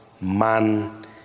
man